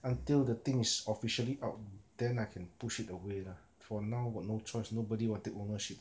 until the thing is officially out then I can push it away lah for now but no choice nobody want to take ownership